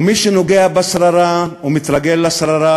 מי שנוגע בשררה ומתרגל לשררה,